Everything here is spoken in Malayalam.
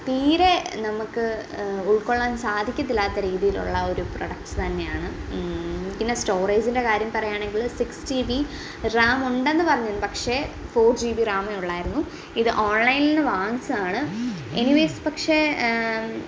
തീരെ നമുക്ക് ഉൾക്കൊളളാൻ സാധിക്കത്തില്ലാത്ത രീതിയിലുള്ള ഒരു പ്രൊഡക്റ്റ്സ് തന്നെയാണ് പിന്നെ സ്റ്റോറേജിന്റെ കാര്യം പറയാണെങ്കിൽ സിക്സ് ജി ബി റാം ഉണ്ടെന്ന് പറഞ്ഞിരുന്ന് പക്ഷേ ഫോർ ജി ബി റാമെ ഉണ്ടായിരിന്നു ഇത് ഓൺലൈനിൽ നിന്ന് വാങ്ങിച്ചതാണ് എനിവേയ്സ് പക്ഷേ